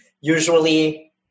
usually